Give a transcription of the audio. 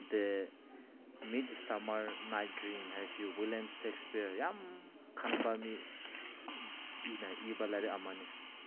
ꯗ midsummer night dream ꯍꯥꯏꯁꯤꯁꯨ William Shakespeare ꯌꯥꯝ ꯈꯟꯕ ꯃꯤ ꯃꯤꯅ ꯏꯕ ꯂꯥꯏꯔꯤꯛ ꯑꯃꯅꯤ